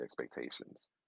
expectations